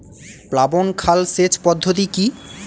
প্লাবন খাল সেচ পদ্ধতি কি?